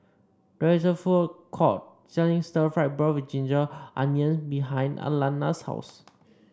there is a food court selling Stir Fried Beef with Ginger Onions behind Alannah's house